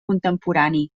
contemporani